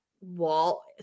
wall